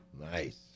Nice